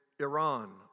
Iran